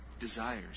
Desires